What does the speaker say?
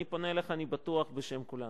אני פונה אליך, אני בטוח, בשם כולנו.